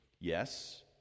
yes